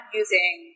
using